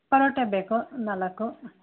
ಪರೋಟ ಬೇಕು ನಾಲ್ಕು